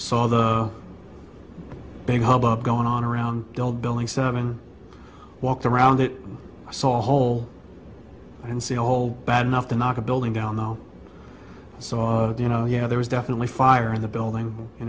saw the big hubbub going on around the building seven walked around it saw a hole and see hole bad enough to knock a building down now so you know yeah there was definitely fire in the building you